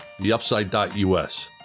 theupside.us